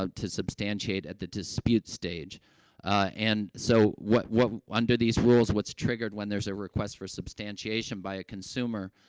ah to substantiate at the dispute stage. ah and so, what what under these rules, what's triggered when there's a request for substantiation by a consumer,